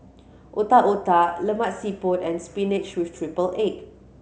Otak Otak Lemak Siput and spinach with triple egg